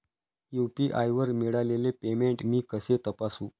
UPI वर मिळालेले payment मी कसे तपासू?